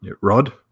rod